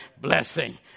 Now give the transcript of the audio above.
Blessing